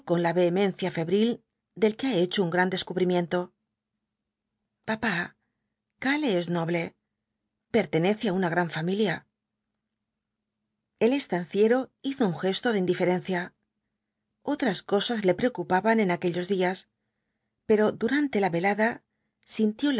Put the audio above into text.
la vehemencia febril del que ha hecho un gran descubrimiento papá karl es noble pertenece á una gran familia el estanciero hizo un gesto de indiferencia otras cosas le preocupaban en aquellos días pero durante la velada sintió